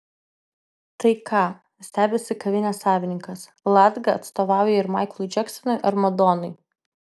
tai ką stebisi kavinės savininkas latga atstovauja ir maiklui džeksonui ar madonai